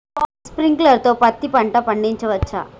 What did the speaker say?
Sprinkler తో పత్తి పంట పండించవచ్చా?